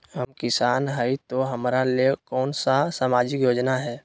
हम किसान हई तो हमरा ले कोन सा सामाजिक योजना है?